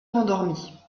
rendormit